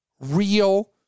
real